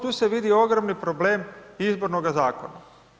Tu se vidi ogroman problem izbornoga zakona.